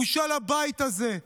בושה לבית הזה.